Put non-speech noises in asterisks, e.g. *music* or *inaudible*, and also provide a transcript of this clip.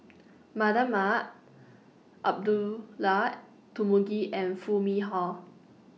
*noise* Mardan Mamat Abdullah Tarmugi and Foo Mee Har